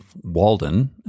Walden